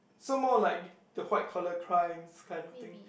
so more like the white collar crimes kind of thing